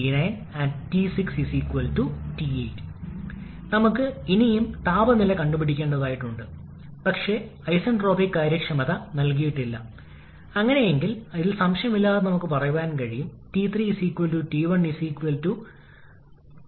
അതിനാൽഅവിടെ നമ്മൾ പോകാൻ പോകുന്നു T5𝑠 588 എൽപി ടർബൈനിന്റെ കാര്യക്ഷമതയെക്കുറിച്ച് നമ്മൾ വിശദീകരണം ഉപയോഗിക്കേണ്ടതുണ്ട് ഇത് എൽപി ടർബൈൻ നിർമ്മിക്കുന്ന യഥാർത്ഥ സൃഷ്ടിയാണ് എന്തുകൊണ്ടാണ് എൽപി ടർബൈൻ നിർമ്മിക്കുന്നത്